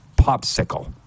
Popsicle